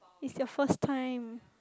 is the first time